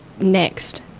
next